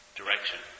direction